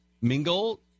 mingle